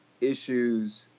issues